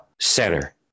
center